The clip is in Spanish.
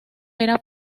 era